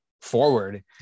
forward